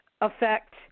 affect